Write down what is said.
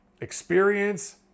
experience